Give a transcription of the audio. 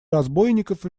разбойников